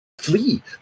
flee